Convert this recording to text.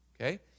okay